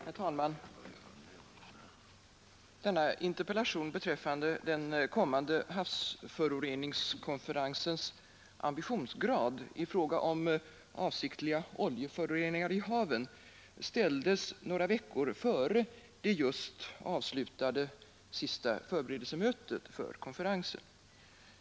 Herr talman! Denna interpellation beträffande den kommande havsföroreningskonferensens ambitionsgrad i fråga om avsiktliga oljeförore ningar i haven ställdes några veckor före det just avslutade sista förberedelsemötet för konferensen.